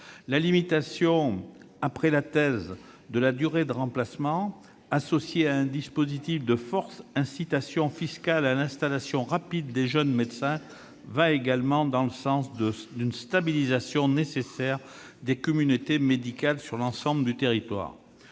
à trois ans après la thèse de la durée de remplacement, associée à un dispositif de forte incitation fiscale à l'installation rapide des jeunes médecins, va également dans le sens d'une stabilisation nécessaire des communautés médicales sur l'ensemble du territoire.